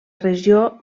regió